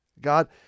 God